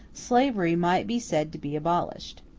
slavery might be said to be abolished.